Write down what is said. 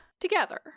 together